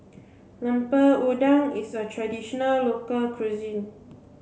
Lemper Udang is a traditional local cuisine